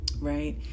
right